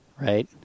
right